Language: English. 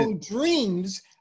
dreams